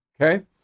Okay